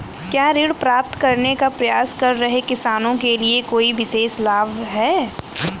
क्या ऋण प्राप्त करने का प्रयास कर रहे किसानों के लिए कोई विशेष लाभ हैं?